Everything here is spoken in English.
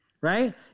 Right